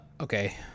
Okay